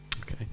Okay